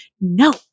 No